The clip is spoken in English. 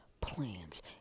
plans